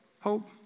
hope